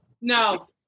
No